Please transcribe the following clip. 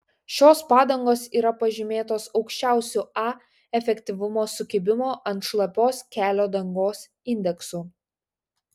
šios padangos yra pažymėtos aukščiausiu a efektyvumo sukibimo ant šlapios kelio dangos indeksu